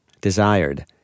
desired